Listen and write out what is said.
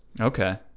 Okay